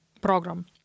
program